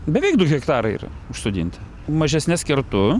beveik du hektarai yra užsodinta mažesnes kertu